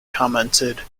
commented